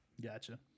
Gotcha